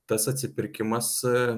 tas atsipirkimas e